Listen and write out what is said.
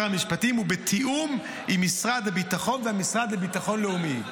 המשפטים ובתיאום עם משרד הביטחון והמשרד לביטחון לאומי.